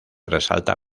resalta